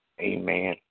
Amen